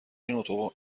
این